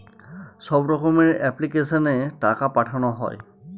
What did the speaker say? সব রকমের এপ্লিক্যাশনে টাকা পাঠানো হয়